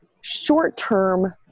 short-term